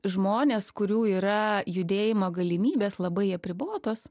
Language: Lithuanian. žmonės kurių yra judėjimo galimybės labai apribotos